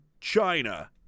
China